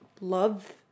love